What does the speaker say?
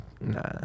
nah